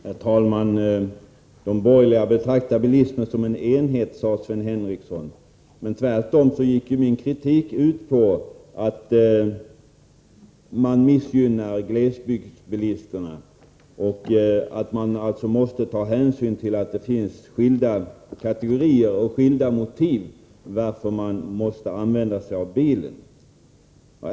Herr talman! De borgerliga betraktar bilismen som en enhet, sade Sven Henricsson. Men min kritik gick tvärtom ut på att man missgynnar glesbygdsbilisterna och alltså måste ta hänsyn till att det finns skilda kategorier och skilda motiv till att man använder sig av bilen.